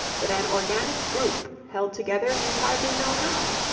but an organic group held together you hardly know how.